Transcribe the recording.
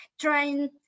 trying